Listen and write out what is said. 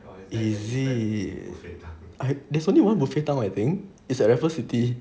is it I there's only one buffet town I think it's at raffles city